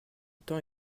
temps